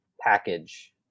package